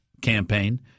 campaign